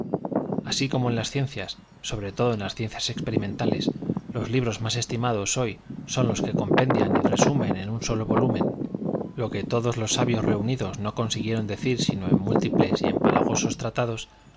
así como en las ciencias sobre todo en las ciencias experimentales los libros más estimados hoy son los que compendian y resumen en un solo volumen lo que todos los sabios reu nidos no consiguieron decir sino en múltiples y empala gosos tratados